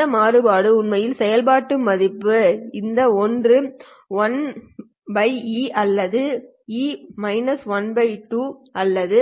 இந்த மாறுபாடு உண்மையில் செயல்பாட்டு மதிப்பு இந்த ஒன்றின் 1 e அல்லது e 12 அல்லது